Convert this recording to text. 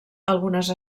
algunes